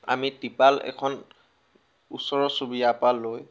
আমি টিপাল এখন ওচৰৰ চুবুৰীয়াৰ পৰা লৈ